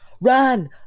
Run